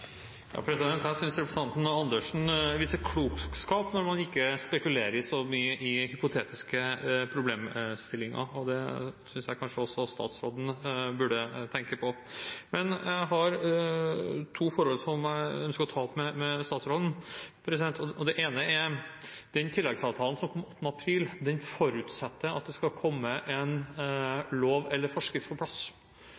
mye på hypotetiske problemstillinger. Det synes jeg kanskje også statsråden burde tenke på. Jeg har to forhold som jeg ønsker å ta opp med statsråden. Det ene gjelder den tilleggsavtalen som kom den 8. april. Den forutsetter at det skal komme på plass en lov eller en forskrift. Mitt spørsmål blir da: Når kommer denne loven eller denne forskriften ut på